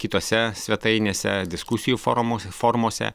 kitose svetainėse diskusijų forumo forumuose